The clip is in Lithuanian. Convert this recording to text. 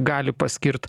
gali paskirt